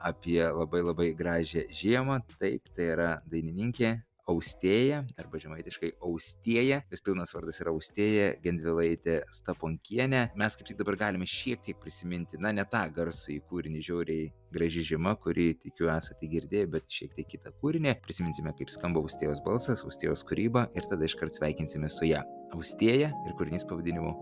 apie labai labai gražią žiemą taip tai yra dainininkė austėja arba žemaitiškai austieja jos pilnas vardas ir austėja gendvilaitė staponkienė mes kaip tik dabar galime šiek tiek prisiminti na ne tą garsųjį kūrinį žiauriai graži žiema kurį tikiu esate girdėję bet šiek tiek kitą kūrinį prisiminsime kaip skamba austėjos balsas austėjos kūryba ir tada iškart sveikinsimės su ja austėja ir kūrinys pavadinimu